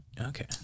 Okay